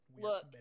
look